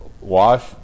Wash